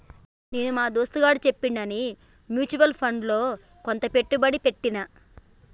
నేను మా దోస్తుగాడు చెప్పాడని మ్యూచువల్ ఫండ్స్ లో కొంత పెట్టుబడి పెట్టిన